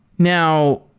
now,